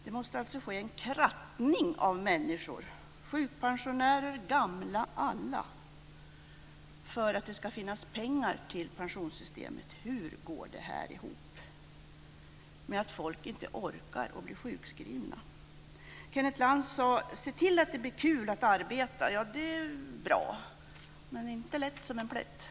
Det måste ske en "krattning" av människor. Det gäller sjukpensionärer, gamla, ja alla, för att det ska finnas pengar till pensionssystemet. Hur går det här ihop med att folk inte orkar och blir sjukskrivna? Kenneth Lantz sade: Se till att det blir kul att arbeta! Ja, det är väl bra. Men det är inte lätt som en plätt.